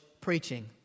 preaching